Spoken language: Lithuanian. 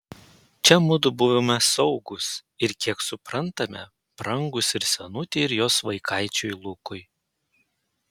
čia mudu buvome saugūs ir kiek suprantame brangūs ir senutei ir jos vaikaičiui lukui